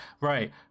Right